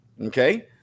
Okay